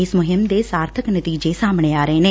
ਇਸ ਮੁਹਿੰਮ ਦੇ ਸਾਰਥਕ ਨਤੀਜੇ ਸਾਹਮਣੇ ਆਏ ਨੇ